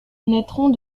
naîtront